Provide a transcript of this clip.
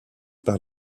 par